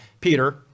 Peter